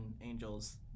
angels